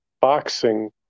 boxing